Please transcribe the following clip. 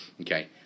Okay